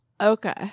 Okay